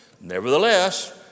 Nevertheless